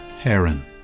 Heron